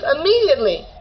immediately